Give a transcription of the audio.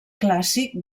clàssic